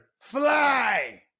Fly